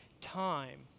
time